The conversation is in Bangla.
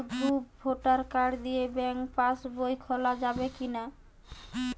শুধু ভোটার কার্ড দিয়ে ব্যাঙ্ক পাশ বই খোলা যাবে কিনা?